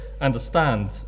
understand